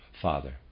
father